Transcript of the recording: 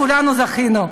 כולנו זכינו.